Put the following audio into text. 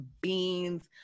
beans